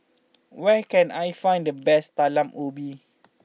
where can I find the best Talam Ubi